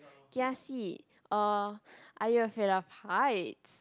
kiasi or are you afraid of heights